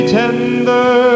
tender